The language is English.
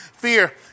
Fear